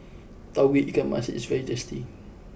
Tauge Ikan Masin is very tasty